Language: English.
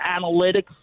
analytics